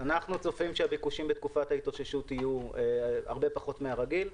צופים שהביקושים בתקופת ההתאוששות יהיו הרבה פחות מהרגיל.